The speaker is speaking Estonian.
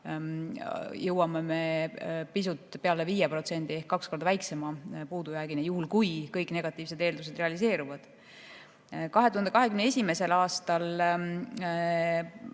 jõuame pisut rohkem kui 5%‑ni ehk kaks korda väiksema puudujäägini, juhul kui kõik negatiivsed eeldused realiseeruvad. 2021. aastal